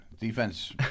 Defense